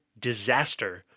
disaster